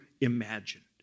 imagined